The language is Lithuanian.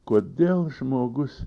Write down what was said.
kodėl žmogus